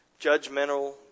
judgmental